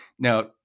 Now